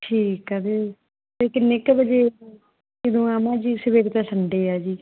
ਠੀਕ ਹੈ ਦੀਦੀ ਅਤੇ ਕਿੰਨੇ ਕੁ ਵਜੇ ਕਦੋਂ ਆਵਾਂ ਜੀ ਸਵੇਰੇ ਤਾਂ ਸੰਡੇ ਹੈ ਜੀ